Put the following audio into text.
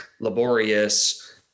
laborious